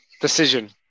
decision